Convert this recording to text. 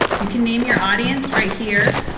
you can name your audience right here.